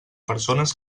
persones